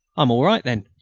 i'm all right then,